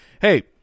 hey